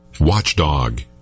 Watchdog